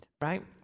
right